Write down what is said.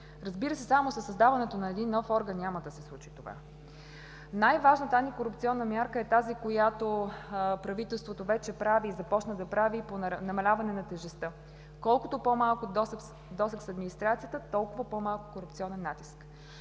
Разбира се, само със създаването на един нов орган няма да се случи това. Най-важната корупционна мярка е тази, която правителството вече започна да прави по намаляване на тежестта. Колкото по-малък е досегът с администрацията, толкова по-малък е корупционният натиск.